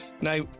Now